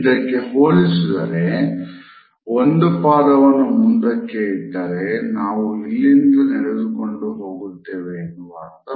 ಇದಕ್ಕೆ ಹೋಲಿಸಿದರೆ ಒಂದು ಪಾದವನ್ನು ಮುಂದಕ್ಕೆ ಇಟ್ಟರೆ ನಾವು ಅಲ್ಲಿಂದ ನಡೆದುಕೊಂಡು ಹೋಗುತ್ತೇವೆ ಎನ್ನುವ ಅರ್ಥ ಬರುತ್ತದೆ